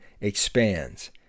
expands